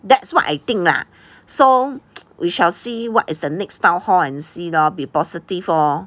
that's what I think lah so we shall see what is the next town hall and see lor be positive lor